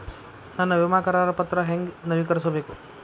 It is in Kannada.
ನನ್ನ ವಿಮಾ ಕರಾರ ಪತ್ರಾ ಹೆಂಗ್ ನವೇಕರಿಸಬೇಕು?